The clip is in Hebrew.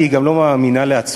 כי היא גם לא מאמינה לעצמה.